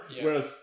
Whereas